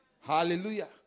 Hallelujah